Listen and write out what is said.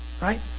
right